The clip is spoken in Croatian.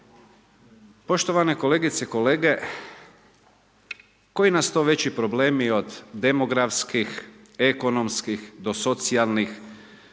Poštovane kolegice i kolege, koji nas to veći problemi od demografskih, ekonomskih do socijalnih